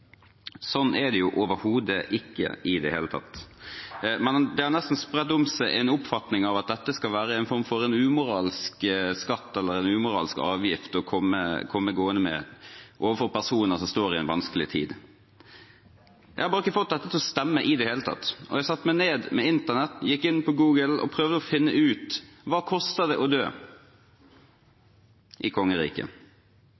Sånn er det overhodet ikke. Men det har nesten spredt seg en oppfatning av at dette skal være en form for en umoralsk avgift å komme gående med overfor personer som står oppe i en vanskelig tid. Jeg har ikke fått dette til å stemme i det hele tatt, og jeg satte meg ned med internett, gikk inn på Google og prøvde å finne ut: Hva koster det å dø